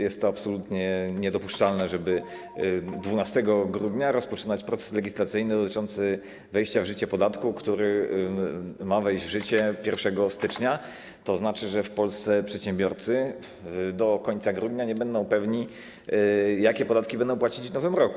Jest to absolutnie niedopuszczalne, żeby 12 grudnia rozpoczynać proces legislacyjny dotyczący wejścia w życie podatku, który ma wejść w życie 1 stycznia, bo to oznacza, że w Polsce przedsiębiorcy do końca grudnia nie będą pewni, jakie podatki będą płacić w nowym roku.